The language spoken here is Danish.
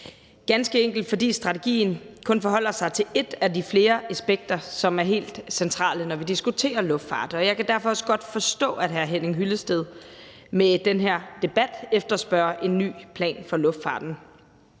ganske enkelt fordi strategien kun forholder sig til ét af flere aspekter, som er helt centrale, når vi diskuterer luftfart, og jeg kan derfor også godt forstå, at hr. Henning Hyllested med den her debat efterspørger en ny plan for luftfarten.